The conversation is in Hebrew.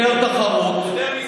יותר תחרות, יותר מיסים.